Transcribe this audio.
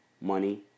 money